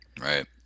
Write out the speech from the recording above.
right